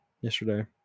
yesterday